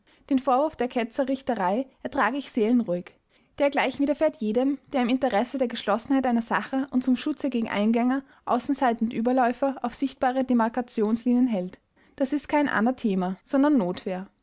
den vorwurf der ketzerrichterei ertrage ich seelenruhig dergleichen widerfährt jedem der im interesse der geschlossenheit einer sache und zum schutze gegen eingänger außenseiter und überläufer auf sichtbare demarkationslinien hält das ist kein anathema sondern notwehr